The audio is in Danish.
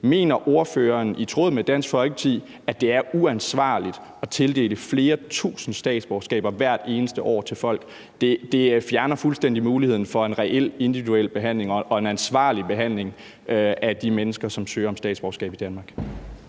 Mener ordføreren i tråd med Dansk Folkeparti, at det er uansvarligt at tildele flere tusinde statsborgerskaber hvert eneste år til folk? Det fjerner fuldstændig muligheden for en reel individuel behandling og en ansvarlig behandling af ansøgningerne fra de mennesker, som søger om statsborgerskab i Danmark.